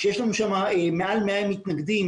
כשיש לנו שם מעל 100 מתנגדים,